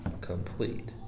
complete